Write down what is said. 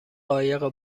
قایق